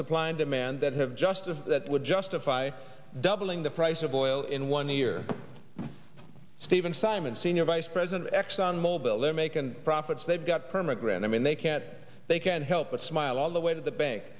supply and demand that have justice that would justify doubling the price of oil in one year steven simon senior vice president of exxon mobil they're making profits they've got perma grand i mean they can't they can't help but smile all the way to the bank